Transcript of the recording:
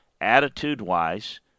attitude-wise